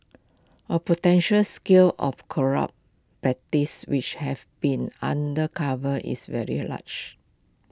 all potential scale of corrupt practices which have been under covered is very large